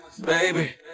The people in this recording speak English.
Baby